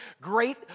great